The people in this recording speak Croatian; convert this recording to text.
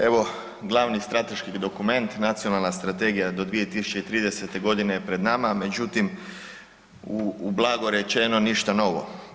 Evo glavni strateški dokument, Nacionalna strategija do 2030. g. je pred nama međutim blago rečeno, ništa novo.